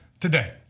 today